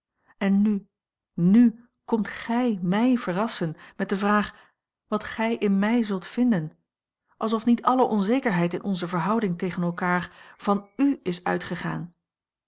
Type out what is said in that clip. en nu n komt gij mij verrassen met de vraag wat gij in mij zult vinden alsof niet alle onzekerheid in onze verhouding tegen elkaar van u is uitgegaan